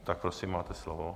Tak prosím, máte slovo.